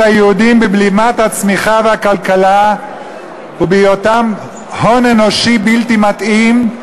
היהודים בבלימת הצמיחה והכלכלה ובהיותם הון אנושי בלתי מתאים.